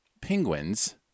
penguins